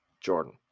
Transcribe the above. Jordan